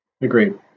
Agreed